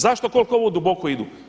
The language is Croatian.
Zašto koliko ovo duboko idu?